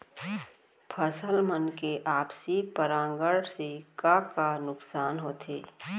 फसल मन के आपसी परागण से का का नुकसान होथे?